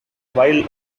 while